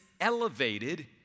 elevated